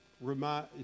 remind